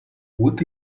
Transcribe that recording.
would